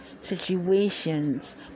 situations